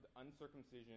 uncircumcision